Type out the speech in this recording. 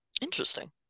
interesting